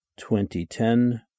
2010